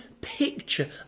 picture